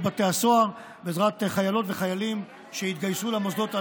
בתי הסוהר בעזרת חיילות וחיילים שיתגייסו למוסדות הללו.